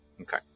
Okay